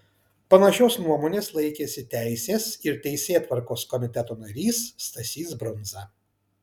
panašios nuomonės laikėsi teisės ir teisėtvarkos komiteto narys stasys brundza